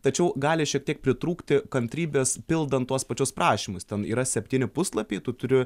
tačiau gali šiek tiek pritrūkti kantrybės pildant tuos pačius prašymus ten yra septyni puslapiai tu turi